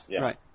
Right